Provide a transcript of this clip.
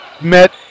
met